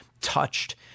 touched